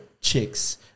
chicks